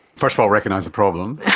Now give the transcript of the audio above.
first of all recognise the problem.